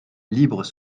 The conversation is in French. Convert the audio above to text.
libres